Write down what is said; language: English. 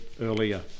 earlier